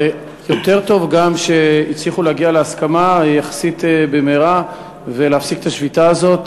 ויותר טוב גם שהצליחו להגיע להסכמה יחסית במהרה ולהפסיק את השביתה הזאת.